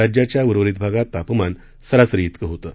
राज्याच्या उर्वरीत भागात तापमान सरासरी विकं होतं